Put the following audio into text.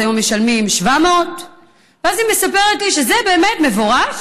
אז היום משלמים 700. אז היא מספרת לי שזה באמת מבורך,